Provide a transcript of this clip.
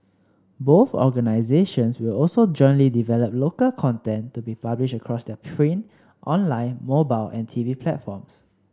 both organisations will also jointly develop local content to be published across their print online mobile and T V platforms